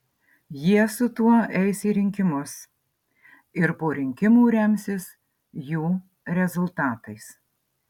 jie su tuo eis į rinkimus ir po rinkimų remsis jų rezultatais